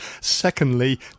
Secondly